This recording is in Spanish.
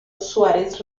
suárez